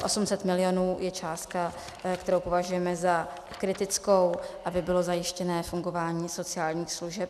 800 mil. je částka, kterou považujeme za kritickou, aby bylo zajištěné fungování sociálních služeb.